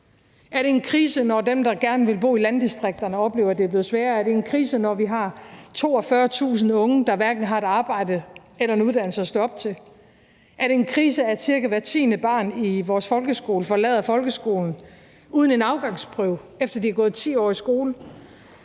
Er det en krise, når dem, der gerne vil bo i landdistrikterne, oplever, det er blevet sværere? Er det en krise, når vi har 42.000 unge, der hverken har et arbejde eller en uddannelse at stå op til? Er det en krise, at cirka hvert tiende barn i vores folkeskole forlader folkeskolen uden en afgangsprøve, efter de har gået 10 år i skole?